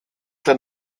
der